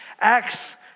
Acts